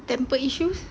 temper issues